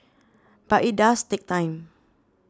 but it does take time